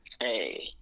Hey